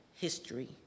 history